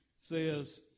says